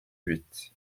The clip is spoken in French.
huit